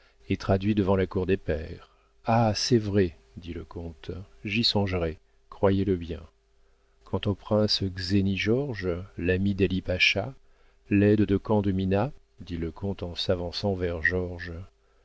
et traduit devant la cour des pairs ah c'est vrai dit le comte j'y songerai croyez-le bien quant au prince czerni georges l'ami d'ali-pacha l'aide de camp de mina dit le comte en s'avançant vers